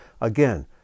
Again